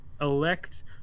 elect